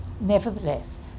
nevertheless